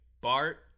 Bart